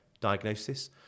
diagnosis